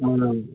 ꯑꯪ